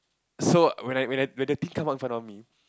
so when I when I when the thing come out in front of me